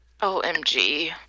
OMG